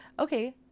okay